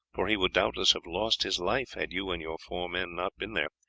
for he would doubtless have lost his life had you and your four men not been there.